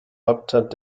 hauptstadt